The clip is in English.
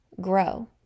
grow